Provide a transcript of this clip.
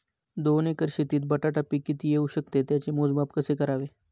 दोन एकर शेतीत बटाटा पीक किती येवू शकते? त्याचे मोजमाप कसे करावे?